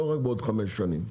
לא רק בעוד חמש שנים.